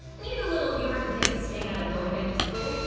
need a little humor to take the sting out of going back to school?